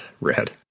Red